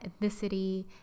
ethnicity